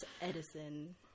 Edison